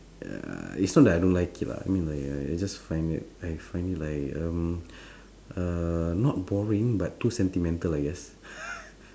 ya it's not that I don't like it lah I mean like I I just find it I find it like um uh not boring but too sentimental I guess